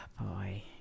Boy